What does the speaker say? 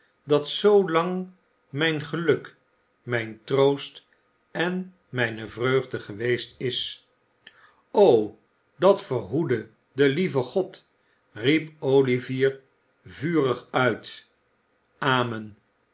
dat zoo lang mijn geluk mijn troost en mijne vreugde geweest is o dat verhoede de lieve god riep olivier vurig uit amen